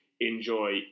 enjoy